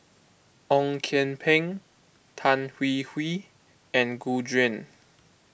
Ong Kian Peng Tan Hwee Hwee and Gu Juan